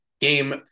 game